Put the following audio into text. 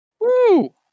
Woo